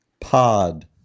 pod